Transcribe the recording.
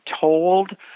told